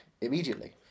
immediately